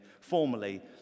formally